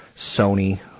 Sony